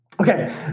Okay